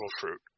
fruit